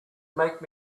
make